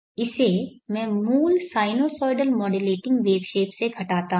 इसे मैं मूल साइनुसॉइडल मॉड्यूलेटिंग वेव शेप से घटाता हूं